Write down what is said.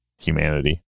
humanity